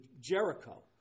Jericho